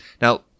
Now